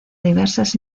diversas